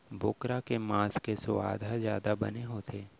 बोकरा के मांस के सुवाद ह जादा बने होथे